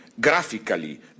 graphically